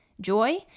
Joy